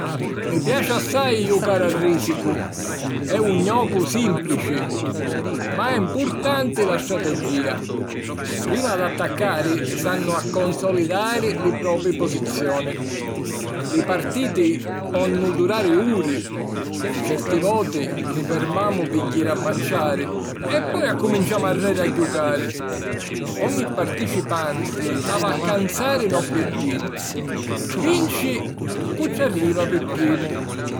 Mi piaci assai jucari a Rìsiku. E' un jocu sìmplici ma è mpurtanti la strategìa. Prima d'attaccari s'hannu a consolidari li propi posizioni. Li partiti ponnu durari uri. Certi voti, ni fermamu pi jiri a manciari e poi accuminciamu arreri a jucari. Ogni participanti hav'a accanzari 'n obiettivu. Vinci cu ci arriva pi primu.